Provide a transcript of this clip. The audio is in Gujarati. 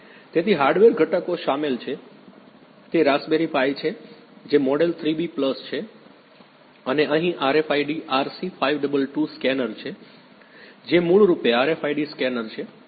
તેથી હાર્ડવેર ઘટકો શામેલ છે તે રાસ્પબેરી પાઈ છે જે મોડેલ 3B પ્લસ છે અને આ અહીં RFID RC522 સ્કેનર છે જે મૂળ રૂપે RFID સ્કેનર છે